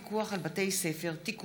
הצעת חוק פיקוח על בתי ספר (תיקון,